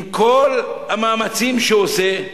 עם כל המאמצים שהוא עושה,